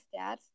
stats